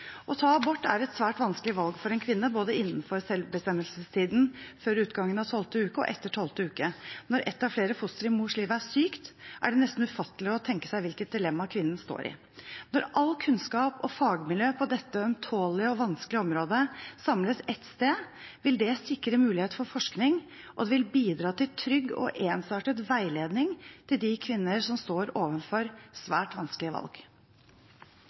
Å ta abort er et svært vanskelig valg for en kvinne, både innenfor selvbestemmelsestiden før utgangen av tolvte uke og etter tolvte uke. Når ett av flere fostre i mors liv er sykt, er det nesten umulig å tenke seg hvilket dilemma kvinnen står i. Når all kunnskap og fagmiljøet på dette ømtålige og vanskelige området samles ett sted, vil det sikre muligheten for forskning og bidra til trygg og ensartet veiledning til de kvinnene som står overfor svært vanskelige valg.